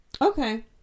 Okay